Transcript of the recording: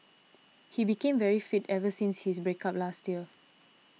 he became very fit ever since his break up last year